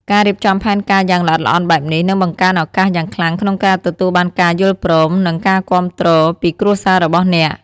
ការរៀបចំផែនការយ៉ាងល្អិតល្អន់បែបនេះ នឹងបង្កើនឱកាសយ៉ាងខ្លាំងក្នុងការទទួលបានការយល់ព្រម និងការគាំទ្រពីគ្រួសាររបស់អ្នក។